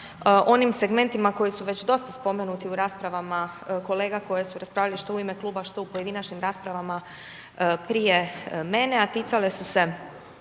onim segmentima koji su već dosta spomenuti u raspravama kolega koje su raspravljali što u ime kluba, što u pojedinačnim raspravama prije mene, a ticale su se